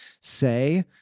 say